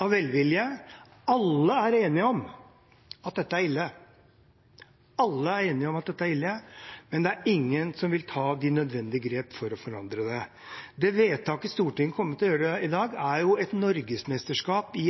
av velvilje. Alle er enige om at dette er ille. Alle er enige om at dette er ille, men det er ingen som vil ta de nødvendige grep for å forandre det. Det vedtaket Stortinget kommer til å gjøre i dag, er et norgesmesterskap i